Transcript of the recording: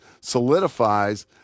solidifies